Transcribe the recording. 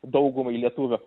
daugumai lietuvių